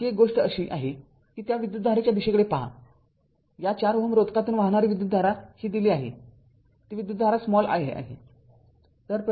आता आणखी एक गोष्ट अशी आहे की त्या विद्युतधारेच्या दिशेकडे पहा या ४Ω रोधकातून वाहणारी विद्युतधारा ही दिली आहे ती विद्युतधारा i आहे